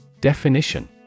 Definition